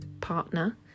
partner